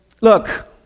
look